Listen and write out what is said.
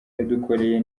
yadukoreye